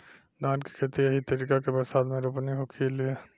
धान के खेती एही तरीका के बरसात मे रोपनी होखेला